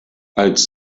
als